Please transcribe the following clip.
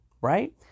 right